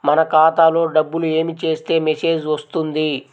మన ఖాతాలో డబ్బులు ఏమి చేస్తే మెసేజ్ వస్తుంది?